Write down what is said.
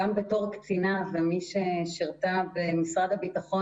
גם בתור קצינה ומי ששירתה במשרד הביטחון